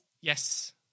yes